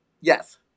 Yes